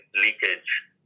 leakage